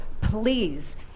please